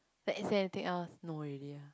like is there anything else no already ah